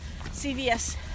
CVS